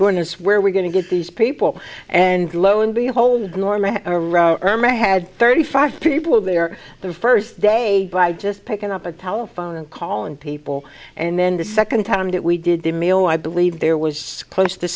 goodness where are we going to get these people and lo and behold norma i had thirty five people there the first day just picking up a telephone and calling people and then the second time that we did the mayo i believe there was close to